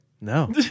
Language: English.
No